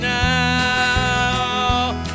now